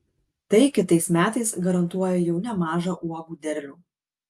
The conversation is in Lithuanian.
tai kitais metais garantuoja jau nemažą uogų derlių